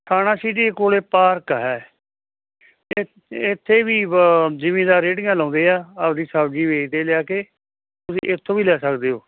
ਥਾਣਾ ਸਿਟੀ ਕੋਲੇ ਪਾਰਕ ਹੈ ਇ ਇੱਥੇ ਵੀ ਬ ਜਿੰਮੀਦਾਰ ਰੇੜੀਆਂ ਲਾਉਂਦੇ ਆ ਆਪਣੀ ਸਬਜ਼ੀ ਵੇਚਦੇ ਆ ਲਿਆ ਕੇ ਤੁਸੀਂ ਇੱਥੋਂ ਵੀ ਲੈ ਸਕਦੇ ਹੋ